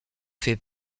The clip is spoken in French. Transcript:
fais